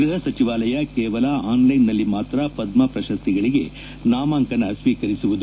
ಗೃಹ ಸಚಿವಾಲಯ ಕೇವಲ ಆನ್ಲೈನ್ನಲ್ಲಿ ಮಾತ್ರ ಪದ್ಮ ಪ್ರಶಸ್ತಿಗಳಿಗೆ ನಾಮಾಂಕನ ಸ್ವೀಕಸುವುದು